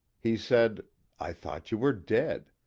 he said i thought you were dead.